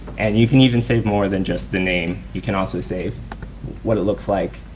and you can even save more than just the name. you can also save what it looks like.